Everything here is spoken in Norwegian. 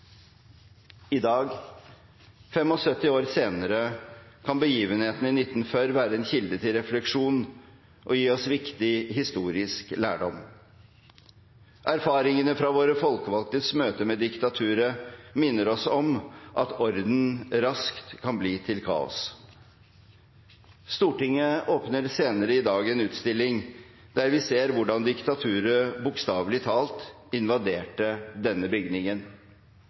I dag, 75 år senere, kan begivenhetene i 1940 være en kilde til refleksjon og gi oss viktig historisk lærdom. Erfaringene fra våre folkevalgtes møte med diktaturet minner oss om at orden raskt kan bli til kaos. Stortinget åpner senere i dag en utstilling der vi ser hvordan diktaturet bokstavelig talt invaderte denne bygningen.